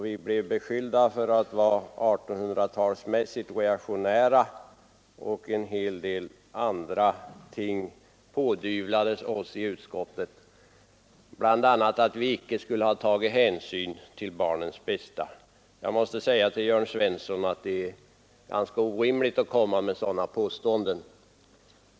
Vi blev beskyllda för att vara 1800-talsmässigt reaktionära, och en hel del andra ting pådyvlades oss, bl.a. att vi icke skulle ha tagit hänsyn till barnens bästa. Jag måste säga till Jörn Svensson att det är ganska orimligt att komma med sådana påståenden.